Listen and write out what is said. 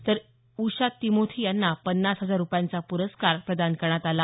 तर उषा तिमोथी यांना पन्नास हजार रूपयांचा पुरस्कार प्रदान करण्यात आला